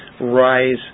rise